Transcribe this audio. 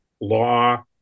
law